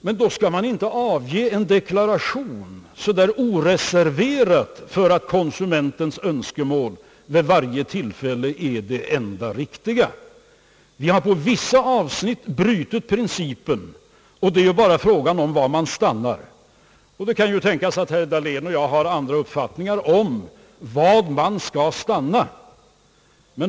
Men då skall man, herr Dahlén, inte avge en deklaration så där oreserverat som innebär att konsumentens önskemål vid varje tillfälle är det enda riktiga. Vi har på vissa avsnitt brutit principen, och det är bara fråga om var man stannar. Det kan ju tänkas att herr Dahlén och jag har andra uppfattningar om var man skall stanna.